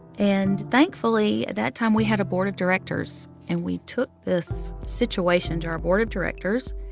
and thankfully, at that time, we had a board of directors, and we took this situation to our board of directors.